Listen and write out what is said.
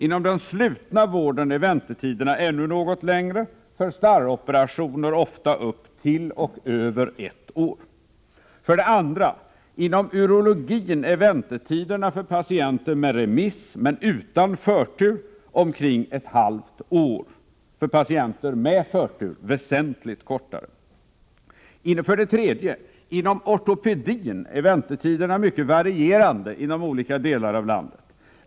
Inom den slutna vården är väntetiderna ännu något längre — för starroperationer ofta upp till eller över ett år. Inom urologin är väntetiderna för patienter med remiss men utan förtur omkring ett halvt år, för patienter med förtur väsentligt kortare. Inom ortopedin är väntetiderna mycket varierande i olika delar av landet.